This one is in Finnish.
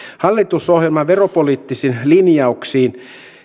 hallitusohjelman veropoliittisiin linjauksiin